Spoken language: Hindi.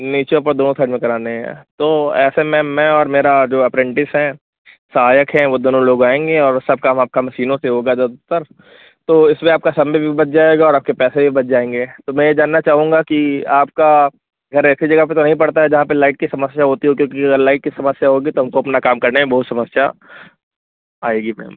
नीचे ऊपर दोनों साइड में कराने हैं तो ऐसे मैम मैं और मेरा जो अप्रेन्टिस हैं सहायक हैं वो दोनों लोग आएँगे और सब काम आपका मशीनों से होगा ज्यादातर तो इसमें आपका समय भी बच जाएगा और आपके पैसे भी बच जाएँगे तो मैं ये जानना चाहूँगा कि आपका घर ऐसी जगह पर तो नहीं पड़ता है जहाँ पर लाइट की समस्या होती हो क्योंकि अगर लाइट की समस्या होगी तो हमको अपना काम करने में बहुत समस्या आएगी मैम